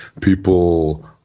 people